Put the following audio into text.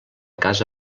casa